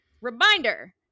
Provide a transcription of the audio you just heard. Reminder